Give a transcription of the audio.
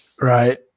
Right